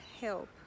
help